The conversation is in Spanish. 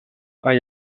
hay